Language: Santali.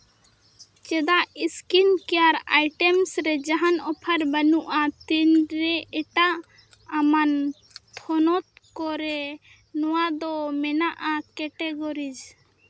ᱪᱮᱫᱟᱜ ᱤᱥᱠᱤᱱ ᱠᱮᱭᱟᱨ ᱟᱭᱴᱮᱢᱥ ᱨᱮ ᱡᱟᱦᱟᱱ ᱚᱯᱷᱟᱨ ᱵᱟᱹᱱᱩᱜᱼᱟ ᱛᱤᱱ ᱨᱮ ᱮᱴᱟᱜ ᱟᱢᱟᱱ ᱛᱷᱚᱱᱚᱛ ᱠᱚᱨᱮ ᱱᱚᱣᱟ ᱫᱚ ᱢᱮᱱᱟᱜᱼᱟ ᱠᱮᱴᱮᱜᱚᱨᱤᱡᱽ